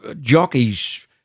jockeys